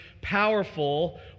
powerful